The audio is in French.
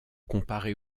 comparer